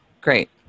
Great